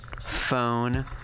phone